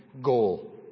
goal